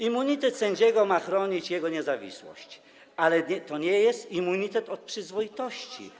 Immunitet sędziego ma chronić jego niezawisłość, ale to nie jest immunitet od przyzwoitości.